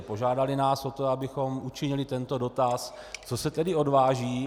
Požádali nás o to, abychom učinili tento dotaz, co se tedy odváží.